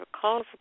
calls